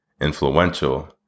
influential